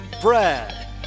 Brad